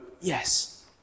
yes